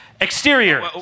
Exterior